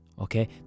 Okay